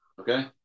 Okay